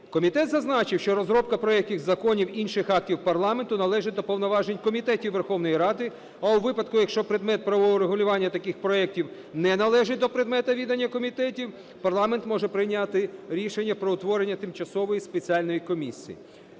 Комітет зазначив, що розробка проектів законів, інших актів парламенту належить до повноважень комітетів Верховної Ради, а у випадку, якщо предмет правового регулювання таких проектів не належить до предмету відання комітетів, парламент може прийняти рішення про утворення тимчасової спеціальної комісії.